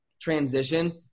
transition